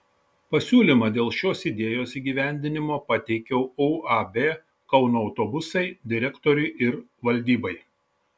pasiūlymą dėl šios idėjos įgyvendinimo pateikiau uab kauno autobusai direktoriui ir valdybai